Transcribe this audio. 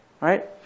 right